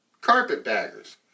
carpetbaggers